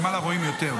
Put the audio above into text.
מלמעלה רואים יותר.